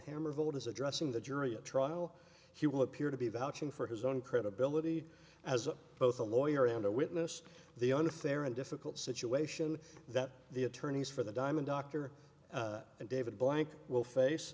hammer vote is addressing the jury a trial he will appear to be vouching for his own credibility as both a lawyer and a witness the unfair and difficult situation that the attorneys for the diamond dr and david blank will face